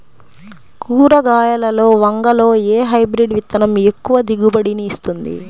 కూరగాయలలో వంగలో ఏ హైబ్రిడ్ విత్తనం ఎక్కువ దిగుబడిని ఇస్తుంది?